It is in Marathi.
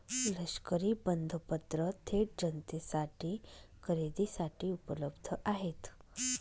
लष्करी बंधपत्र थेट जनतेसाठी खरेदीसाठी उपलब्ध आहेत